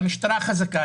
והמשטרה חזקה.